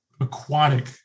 aquatic